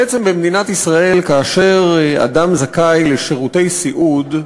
בעצם במדינת ישראל, כאשר אדם זכאי לשירותי סיעוד,